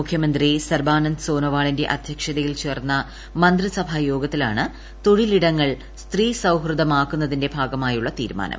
മുഖ്യമന്ത്രി സർബാനന്ദ് സോനോവാളിന്റെ അധ്യക്ഷതയിൽ ചേർന്ന മന്ത്രി സഭാ യോഗത്തിലാണ് തൊഴിലിടങ്ങൾ സ്ത്രീ സൌഹൃദം ആക്കുന്നതിന്റെ ഭാഗമായുള്ള തീരുമാനം